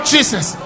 Jesus